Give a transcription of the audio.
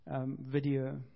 video